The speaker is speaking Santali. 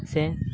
ᱥᱮ